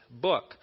book